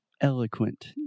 eloquent